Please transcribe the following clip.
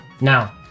Now